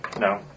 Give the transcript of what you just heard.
No